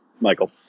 michael